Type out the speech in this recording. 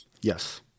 Yes